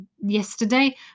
yesterday